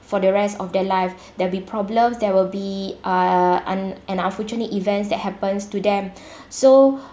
for the rest of their life there'll be problems there will be uh un~ an unfortunate events that happens to them so